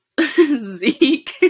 Zeke